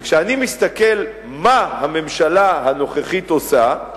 וכשאני מסתכל מה הממשלה הנוכחית עושה,